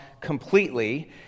completely